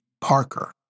Parker